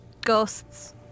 Ghosts